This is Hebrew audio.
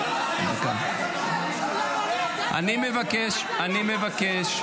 אני מבקש.